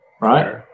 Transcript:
Right